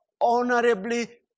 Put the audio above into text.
Honorably